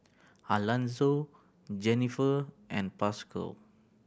Alanzo Jenniffer and Pascal